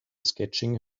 sketching